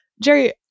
Jerry